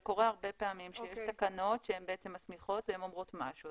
זה קורה הרבה פעמים שיש תקנות שהן בעצם מסמיכות והן אומרות משהו.